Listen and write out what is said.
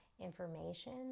information